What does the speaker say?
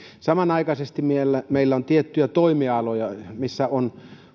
samanaikaisesti meillä on tiettyjä toimialoja missä on